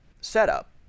setup